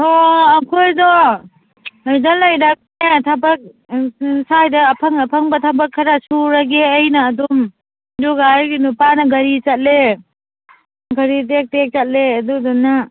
ꯑꯩꯈꯣꯏꯗꯣ ꯁꯤꯗ ꯂꯩꯔꯒ ꯊꯕꯛ ꯁꯥꯏꯗ ꯑꯐꯪ ꯑꯐꯪꯕ ꯊꯕꯛ ꯈꯔ ꯁꯨꯔꯒꯦ ꯑꯩꯅ ꯑꯗꯨꯝ ꯑꯗꯨꯒ ꯑꯩꯒꯤ ꯅꯨꯄꯥꯅ ꯒꯥꯔꯤ ꯆꯠꯂꯦ ꯒꯥꯔꯤ ꯇꯦꯛ ꯇꯦꯛ ꯆꯠꯂꯦ ꯑꯗꯨꯗꯨꯅ